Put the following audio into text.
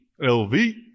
LV